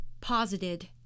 posited